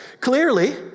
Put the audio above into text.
clearly